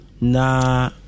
Nah